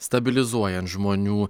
stabilizuojant žmonių